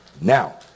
now